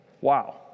wow